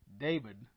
David